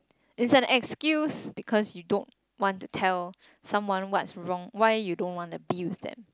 it's an excuse because you don't want to tell someone what's wrong why you don't wanna be with them